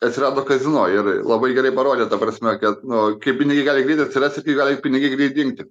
atsirado kazino ir labai gerai parodė ta prasme kad nu kai pinigai gali atsirasti tai gali pinigai greit dingti